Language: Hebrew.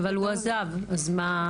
אבל הוא עזב, אז מה?